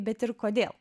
bet ir kodėl